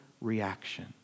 reaction